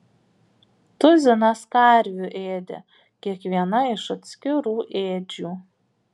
tuzinas karvių ėdė kiekviena iš atskirų ėdžių